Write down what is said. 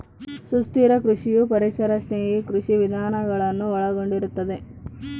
ಸುಸ್ಥಿರ ಕೃಷಿಯು ಪರಿಸರ ಸ್ನೇಹಿ ಕೃಷಿ ವಿಧಾನಗಳನ್ನು ಒಳಗೊಂಡಿರುತ್ತದೆ